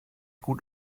gut